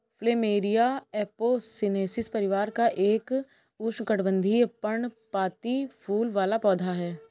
plumeria Apocynaceae परिवार का एक उष्णकटिबंधीय, पर्णपाती फूल वाला पौधा है